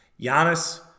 Giannis